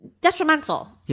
detrimental